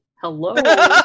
Hello